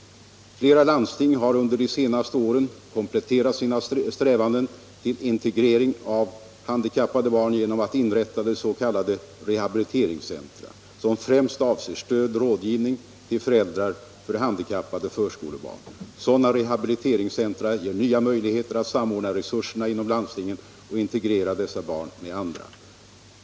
Flera landsting har under de senaste åren kompletterat sina strävanden till integrering av handikappade barn genom att inrätta s.k. rehabiliteringscentra, som främst avser stöd och rådgivning till föräldrar med handikappade förskolebarn. Dessa rehabiliteringscentra ger nya möjligheter att samordna resurserna inom landstingen och att integrera de här barnen med andra.